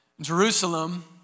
Jerusalem